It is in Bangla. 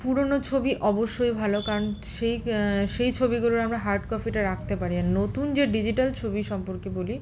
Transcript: পুরোনো ছবি অবশ্যই ভালো কারণ সেই সেই ছবিগুলোর আমরা হার্ড কপিটা রাখতে পারি নতুন যে ডিজিটাল ছবি সম্পর্কে বলি